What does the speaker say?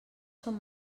són